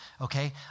okay